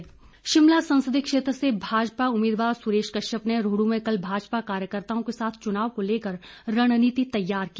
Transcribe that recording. सुरेश कश्यप शिमला संसदीय क्षेत्र से भाजपा उम्मीदवार सुरेश कश्यप ने रोहडू में कल भाजपा कार्यकताओं के साथ चुनाव को लेकर रणनीति तैयार की